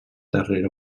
darrere